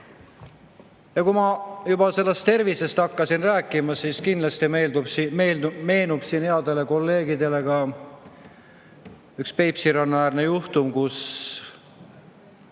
kui ma juba tervisest hakkasin rääkima, siis kindlasti meenub siin headele kolleegidele ka üks Peipsi ranna äärne juhtum, kus